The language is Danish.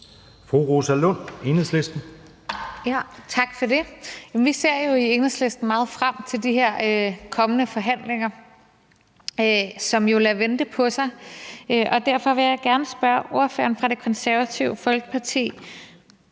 Rosa Lund (EL): Tak for det. Vi ser jo i Enhedslisten meget frem til de kommende forhandlinger, som jo lader vente på sig, og derfor vil jeg gerne spørge ordføreren fra Det Konservative Folkeparti,